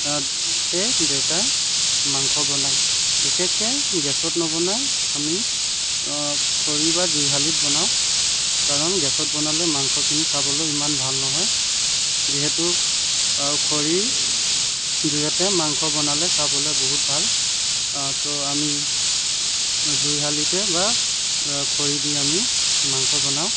তাতে দেউতাই মাংস বনায় বিশেষকৈ গেছত নবনায় আমি খৰি বা জুইশালিত বনাওঁ কাৰণ গেছত বনালে মাংসখিনি খাবলৈ ইমান ভাল নহয় যিহেতু খৰি জুইতে মাংস বনালে খাবলৈ বহুত ভাল তো আমি জুইশালিতে বা খৰি দি আমি মাংস বনাওঁ